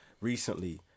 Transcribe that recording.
recently